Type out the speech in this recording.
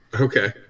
Okay